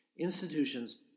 Institutions